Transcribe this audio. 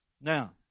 Now